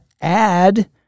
add